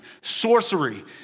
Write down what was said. sorcery